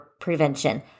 prevention